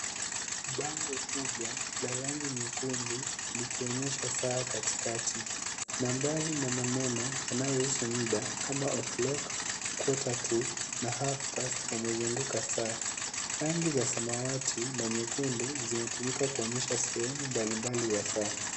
Bango kubwa la rangi nyekundu likionyesha saa katikati ,nambari na maneno yanayohusu muda kama o'clock, quarter to ,na half past (cs)yamezunguka saa, rangi za samawati na nyekundu zimetumika kuonyesha sehemu mbalimbali za saa.